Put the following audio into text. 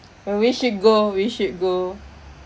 we should go we should go